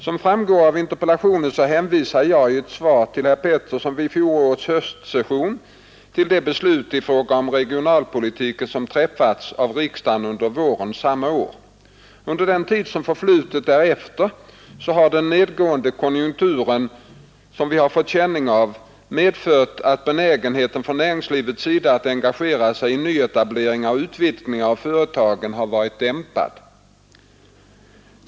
Som framgår av interpellationen hänvisade jag i ett svar till herr Petersson vid fjolårets höstsession till de beslut i fråga om regionalpolitiken som träffades av riksdagen under våren samma år. Under den tid som förflutit därefter har den nedåtgående konjunktur, som vi har fått känning av, medfört att benägenheten från näringslivets sida att engagera sig i nyetableringar och utvidgningar av företag har varit dämpad.